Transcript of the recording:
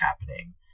happening